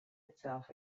itself